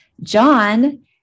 John